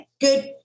good